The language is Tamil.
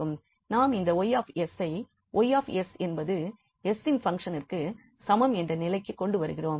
நாம் இந்த 𝑌𝑠ஐ 𝑌𝑠 என்பது sஇன் பங்க்ஷனிற்கு சமம் என்ற நிலைக்கு கொண்டுவருகிறோம்